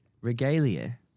regalia